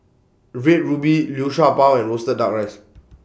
Red Ruby Liu Sha Bao and Roasted Duck Rice